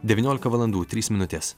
devyniolika valandų trys minutės